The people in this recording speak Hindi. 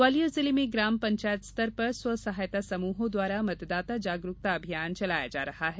ग्वालियर जिले में ग्राम पंचायत स्तर पर स्वसहायता समूहों द्वारा मतदाता जागरूकता अभियान चलाया जा रहा है